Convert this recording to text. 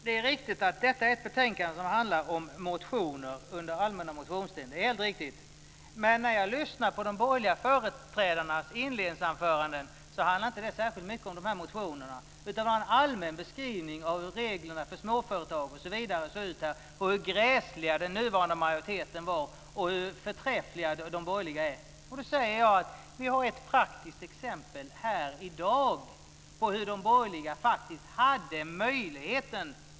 Herr talman! Det är riktigt att man i detta betänkande behandlar motioner från allmänna motionstiden, men när jag lyssnade på de borgerliga företrädarnas inledningsanföranden handlade det inte särskilt mycket om dessa motioner, utan det gavs en allmän beskrivning av hur reglerna för småföretagen ser ut och av hur gräslig den nuvarande majoriteten är och hur förträffliga de borgerliga är. Jag säger då att vi i dag har ett praktiskt exempel på att de borgerliga faktiskt hade en möjlighet.